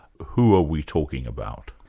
who are we talking about?